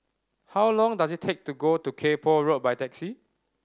how long does it take to go to Kay Poh Road by taxi